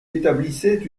établissaient